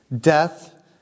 Death